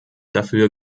dafür